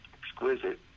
exquisite